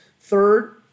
third